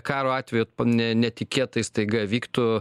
karo atveju ne netikėtai staiga vyktų